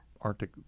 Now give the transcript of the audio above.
Arctic